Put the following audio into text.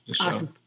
Awesome